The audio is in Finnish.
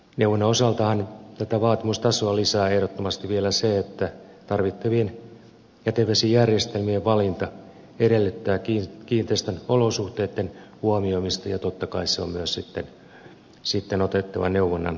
neuvonnan osaltahan tätä vaatimustasoa lisää ehdottomasti vielä se että tarvittavien jätevesijärjestelmien valinta edellyttää kiinteistön olosuhteitten huomioimista ja totta kai se on myös sitten otettava neuvonnan lähtökohdaksi